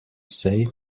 say